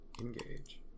engage